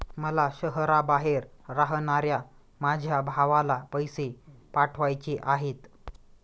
मला शहराबाहेर राहणाऱ्या माझ्या भावाला पैसे पाठवायचे आहेत